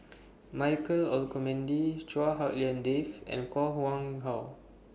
Michael Olcomendy Chua Hak Lien Dave and Koh Nguang How